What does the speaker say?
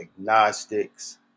agnostics